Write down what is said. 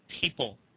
people